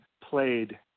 played